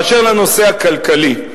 באשר לנושא הכלכלי,